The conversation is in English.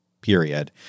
period